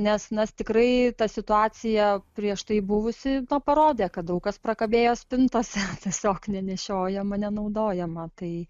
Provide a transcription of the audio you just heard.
nes na tikrai ta situacija prieš tai buvusi parodė kad daug kas prakalbėjo spintose tiesiog nenešiojama nenaudojama tai